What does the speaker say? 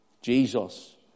Jesus